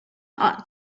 ought